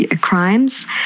crimes